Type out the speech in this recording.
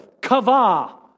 Kava